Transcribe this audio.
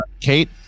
Kate